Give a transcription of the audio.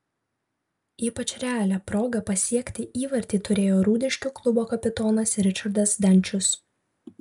ypač realią progą pasiekti įvartį turėjo rūdiškių klubo kapitonas ričardas zdančius